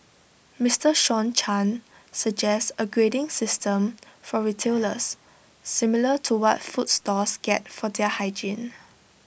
Mister Sean chan suggests A grading system for retailers similar to what food stalls get for their hygiene